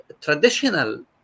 traditional